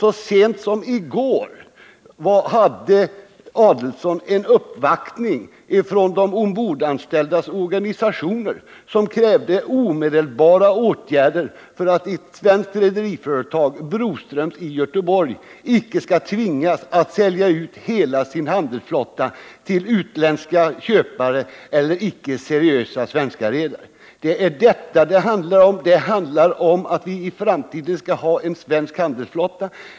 Så sent som i går tog Ulf Adelsohn emot en uppvaktning från de ombordanställdas organisationer, som krävde omedelbara åtgärder för att ett svenskt rederiföretag — Broströms i Göteborg — icke skall tvingas att sälja ut hela sin handelsflotta till utländska köpare eller icke seriösa svenska redare. Det är detta det handlar om. Det handlar om att vi i framtiden skall ha en svensk handelsflotta.